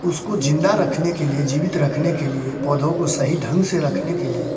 उसको जिन्दा रखने के लिए जीवित रखने के लिए पौधों को सही ढंग से रखने के लिए